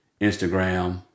Instagram